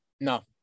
no